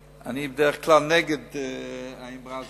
בדרך כלל אני נגד האמרה הזאת.